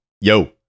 Yo